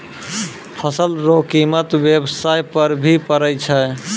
फसल रो कीमत व्याबसाय पर भी पड़ै छै